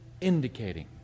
indicating